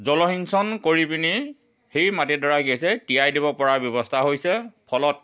জলসিঞ্চন কৰি পেনি সেই মাটিডৰা কি হৈছে তিয়াই দিব পৰা ব্যৱস্থা হৈছে ফলত